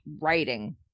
writing